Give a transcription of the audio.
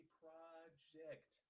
project